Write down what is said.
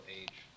age